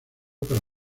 para